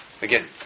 Again